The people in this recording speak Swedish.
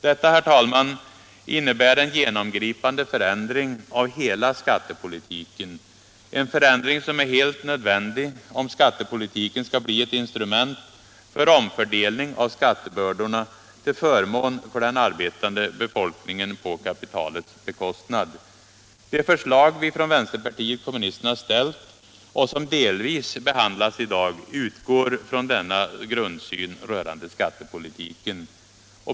Detta, herr talman, innebär en genomgripande förändring av hela skattepolitiken, en förändring som är helt nödvändig om skattepolitiken skall bli ett instrument för omfördelning av skattebördorna till förmån för den arbetande befolkningen på kapitalets bekostnad. De förslag som vi från vänsterpartiet kommunisterna ställt och som delvis behandlas i dag utgår från denna grundsyn rörande skattepolitiken.